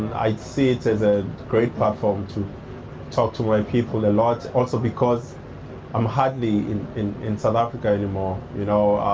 i see it as a great platform to talk to my people a lot. also because i'm hardly in in south africa any more. you know,